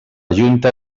junta